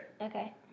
Okay